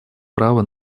право